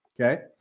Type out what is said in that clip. okay